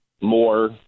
more